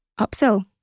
upsell